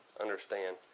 understand